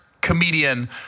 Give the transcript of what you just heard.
comedian